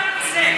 מה הנושא?